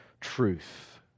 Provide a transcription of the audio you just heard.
truth